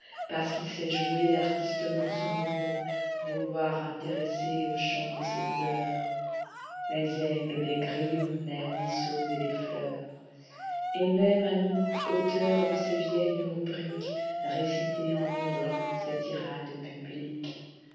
parce qu'il sait jouer artistement son rôle vouloir intéresser au chant de ses douleurs les aigles les grillons les ruisseaux et les fleurs et même à nous auteurs de ces vieilles rubriquesréciter en hurlant